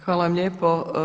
Hvala vam lijepo.